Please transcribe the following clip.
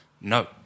No